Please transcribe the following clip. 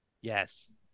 Yes